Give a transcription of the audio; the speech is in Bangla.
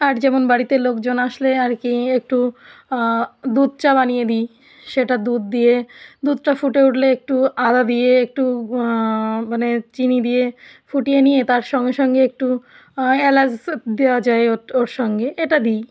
আর যেমন বাড়িতে লোকজন আসলে আর কী একটু দুধ চা বানিয়ে দিই সেটা দুধ দিয়ে দুধটা ফুটে উঠলে একটু আদা দিয়ে একটু মানে চিনি দিয়ে ফুটিয়ে নিয়ে তার সঙ্গে সঙ্গে একটু এলাচ দেওয়া যায় ওর ওর সঙ্গে এটা দিই